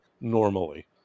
normally